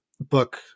book